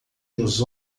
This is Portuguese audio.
nos